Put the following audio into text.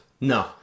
No